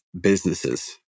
businesses